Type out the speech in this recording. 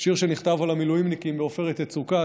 שיר שנכתב על המילואימניקים בעופרת יצוקה,